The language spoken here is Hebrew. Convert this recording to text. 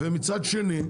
ומצד שני,